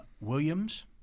Williams